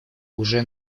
уже